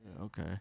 Okay